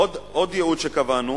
עוד ייעוד שקבענו,